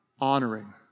honoring